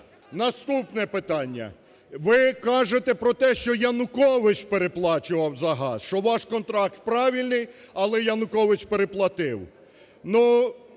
Наступне питання. Ви кажете про те, що Янукович переплачував за газ, що ваш контракт правильний, але Янукович переплатив.